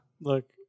Look